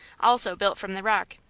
also built from the rock,